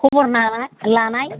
खबर लानाय